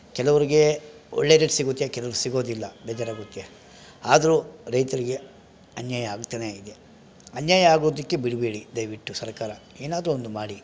ಕೆಲವ್ರಿಗೆ ಒಳ್ಳೆ ರೇಟ್ ಸಿಗುತ್ತೆ ಕೆಲವ್ರಿಗೆ ಸಿಗೋದಿಲ್ಲ ಬೇಜಾರಾಗುತ್ತೆ ಆದರು ರೈತರಿಗೆ ಅನ್ಯಾಯ ಆಗ್ತನೇ ಇದೆ ಅನ್ಯಾಯ ಆಗೋದಿಕ್ಕೆ ಬಿಡಬೇಡಿ ದಯವಿಟ್ಟು ಸರ್ಕಾರ ಏನಾದರು ಒಂದು ಮಾಡಿ